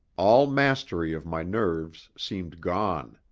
all mastery of my nerves seemed gone.